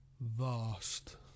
Vast